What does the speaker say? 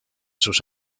sus